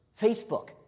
Facebook